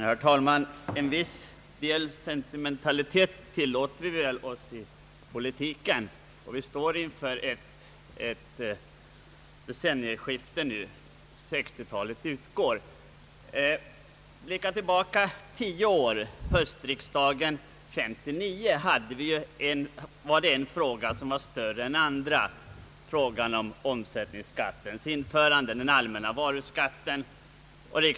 Herr talman! En viss sentimentalitet tillåter vi oss väl i politiken och vi står nu inför ett nytt decennium. Låt oss blicka tillbaka tio år: höstriksdagen 1959 sågs en fråga som var viktigare än andra, nämligen omsättningsskattens införande, alltså den allmänna varuskatten.